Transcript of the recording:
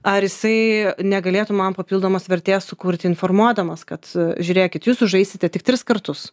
ar jisai negalėtų man papildomos vertės sukurti informuodamas kad žiūrėkit jūs sužaisite tik tris kartus